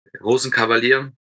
Rosenkavalier